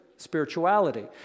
spirituality